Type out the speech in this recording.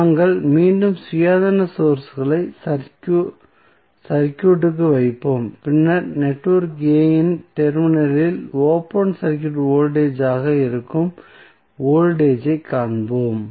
நாங்கள் மீண்டும் சுயாதீன சோர்ஸ்களை சர்க்யூட்க்கு வைப்போம் பின்னர் நெட்வொர்க் A இன் டெர்மினலில் ஓபன் சர்க்யூட் வோல்டேஜ் ஆக இருக்கும் வோல்டேஜ் ஐக் காண்போம்